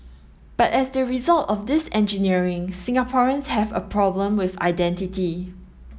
but as the result of this engineering Singaporeans have a problem with identity